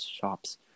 shops